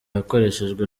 yakoreshejwe